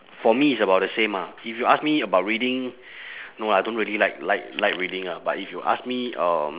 for me it's about the same ah if you ask me about reading no lah I don't really like like like reading lah but if you ask me um